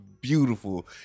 beautiful